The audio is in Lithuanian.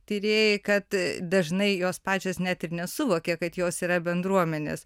tyrėjai kad dažnai jos pačios net ir nesuvokė kad jos yra bendruomenės